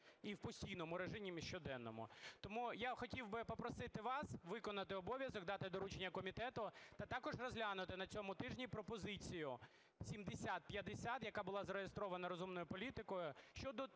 і в постійному режимі, щоденному. Тому я хотів би попросити вас виконати обов'язок, дати доручення комітету та також розглянути на цьому тижні пропозицію 7050, яка була зареєстрована "Розумною політикою",